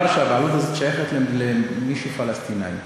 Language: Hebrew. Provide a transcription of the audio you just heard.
ורוצים לומר שהבעלות הזאת שייכת למישהו פלסטיני.